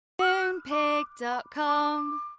Moonpig.com